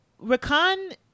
Rakan